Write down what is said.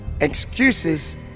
Excuses